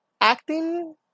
acting